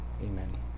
Amen